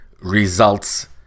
results